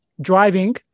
driving